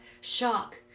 Shock